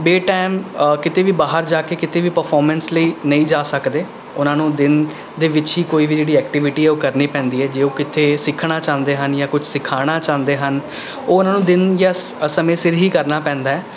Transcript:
ਬੇਟਾਇਮ ਕਿਤੇ ਵੀ ਬਾਹਰ ਜਾ ਕੇ ਕਿਤੇ ਵੀ ਪ੍ਰਫੋਰਮੈਂਸ ਲਈ ਨਹੀਂ ਜਾ ਸਕਦੇ ਉਨ੍ਹਾਂ ਨੂੰ ਦਿਨ ਦੇ ਵਿੱਚ ਹੀ ਕੋਈ ਵੀ ਜਿਹੜੀ ਐਕਟੀਵੀਟੀ ਹੈ ਉਹ ਕਰਨੀ ਪੈਂਦੀ ਹੈ ਜੇ ਉਹ ਕਿੱਥੇ ਸਿੱਖਣਾ ਚਾਹੁੰਦੇ ਹਨ ਜਾਂ ਕੁਛ ਸਿਖਾਉਣਾ ਚਾਹੁੰਦੇ ਹਨ ਉਹ ਉਨ੍ਹਾਂ ਨੂੰ ਦਿਨ ਜਾਂ ਸਮੇਂ ਸਿਰ ਹੀ ਕਰਨਾ ਪੈਂਦਾ ਹੈ